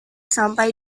sampai